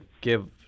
give